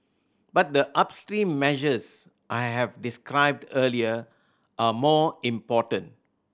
but the upstream measures I have described earlier are more important